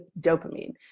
dopamine